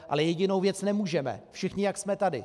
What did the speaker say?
Ale jedinou věc nemůžeme, všichni, jak jsme tady.